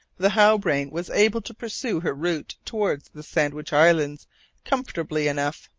the halbrane was able to pursue her route towards the sandwich islands comfortably enough.